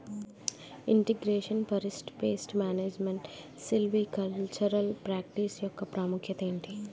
integration forest pest management silvicultural practice యెక్క ప్రాముఖ్యత ఏంటి